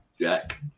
Jack